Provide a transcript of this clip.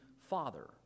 Father